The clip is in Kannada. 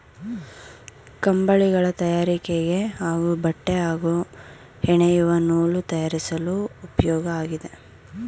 ಕಂಬಳಿಗಳ ತಯಾರಿಕೆಗೆ ಹಾಗೂ ಬಟ್ಟೆ ಹಾಗೂ ಹೆಣೆಯುವ ನೂಲು ತಯಾರಿಸಲು ಉಪ್ಯೋಗ ಆಗಿದೆ